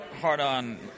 hard-on